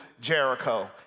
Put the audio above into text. jericho